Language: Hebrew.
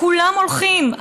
כולם הולכים,